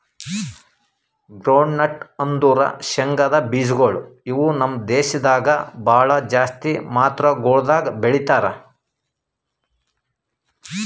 groundnut ಅಂದುರ್ ಶೇಂಗದ್ ಬೀಜಗೊಳ್ ಇವು ನಮ್ ದೇಶದಾಗ್ ಭಾಳ ಜಾಸ್ತಿ ಮಾತ್ರಗೊಳ್ದಾಗ್ ಬೆಳೀತಾರ